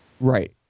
Right